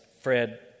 Fred